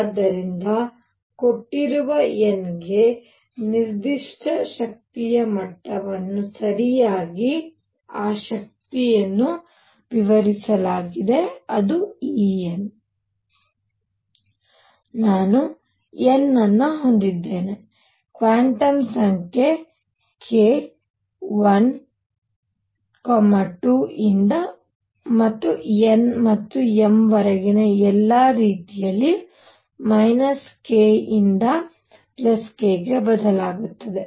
ಆದ್ದರಿಂದ ಕೊಟ್ಟಿರುವ n ಗೆ ನಿರ್ದಿಷ್ಟ ಶಕ್ತಿಯ ಮಟ್ಟವನ್ನು ಸರಿಯಾಗಿ ಆ ಶಕ್ತಿಯನ್ನು ನಿವಾರಿಸಲಾಗಿದೆ ಅದು E n ನಾನು n ಅನ್ನು ಹೊಂದಿದ್ದೇನೆ ಕ್ವಾಂಟಮ್ ಸಂಖ್ಯೆ k 1 2 ರಿಂದ ಮತ್ತು n ಮತ್ತು m ವರೆಗಿನ ಎಲ್ಲಾ ರೀತಿಯಲ್ಲಿ k ನಿಂದ k ಗೆ ಬದಲಾಗುತ್ತದೆ